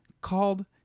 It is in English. called